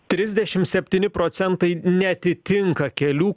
trisdešim septyni procentai neatitinka kelių